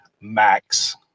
Max